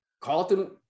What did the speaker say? Carlton